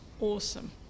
awesome